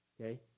Okay